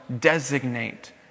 designate